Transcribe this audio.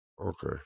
Okay